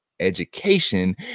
education